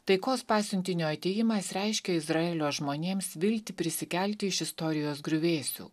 taikos pasiuntinio atėjimas reiškia izraelio žmonėms viltį prisikelti iš istorijos griuvėsių